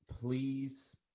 please